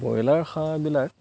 broiler হাঁহবিলাক